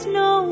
no